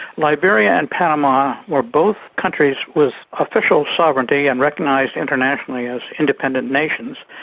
liberia and panama were both countries with official sovereignty and recognised internationally as independent nations,